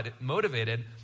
motivated